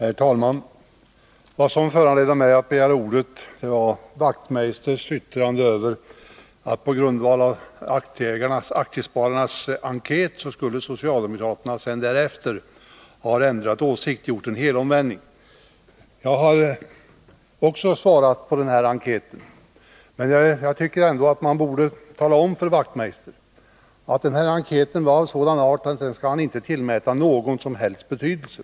Herr talman! Vad som föranledde mig att begära ordet var Knut enkät skulle ha ändrat åsikt, gjort en helomvändning. Även jag har svarat på den enkäten, men jag tycker att man bör tala om för Knut Wachtmeister att enkäten var sådan att den inte bör tillmätas någon som helst betydelse.